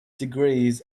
degrees